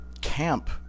camp